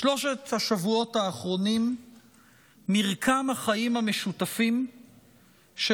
בשלושת השבועות האחרונים מרקם החיים המשותפים של